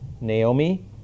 Naomi